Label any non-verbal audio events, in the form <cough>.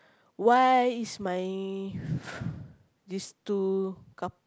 why is my <breath> this two coup~